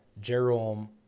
Jerome